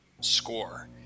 score